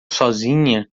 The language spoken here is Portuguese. sozinha